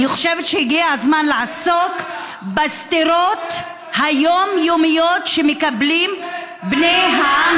אני חושבת שהגיע הזמן לעסוק בסטירות היומיומיות שמקבלים בני העם